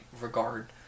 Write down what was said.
regard